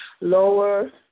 Lower